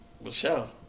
Michelle